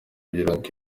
kugirango